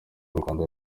rwanda